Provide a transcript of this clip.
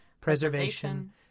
preservation